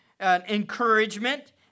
encouragement